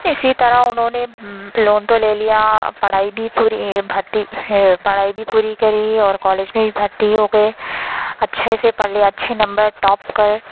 اسی طرح انہوں نے لون تو لے لیا پڑھائی بھی پوری یہ بھتی ہے پڑھائی بھی پوری کری اور کالج میں بھی بھرتی ہوگئے اچھے سے پڑھ لیا اچھے نمبر ٹاپ کر